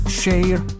share